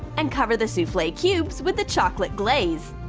and cover the souffle cubes with the chocolate glaze.